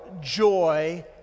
joy